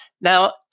now